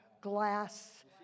glass